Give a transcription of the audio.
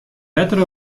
letter